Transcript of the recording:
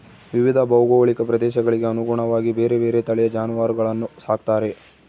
ವಿವಿಧ ಭೌಗೋಳಿಕ ಪ್ರದೇಶಗಳಿಗೆ ಅನುಗುಣವಾಗಿ ಬೇರೆ ಬೇರೆ ತಳಿಯ ಜಾನುವಾರುಗಳನ್ನು ಸಾಕ್ತಾರೆ